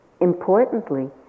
importantly